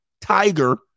Tiger